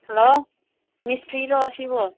hello ꯃꯤꯁꯇ꯭ꯔꯤꯔꯣ ꯁꯤꯕꯨ